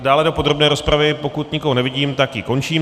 Dále do podrobné rozpravy nikoho nevidím, tak ji končím.